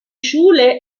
schule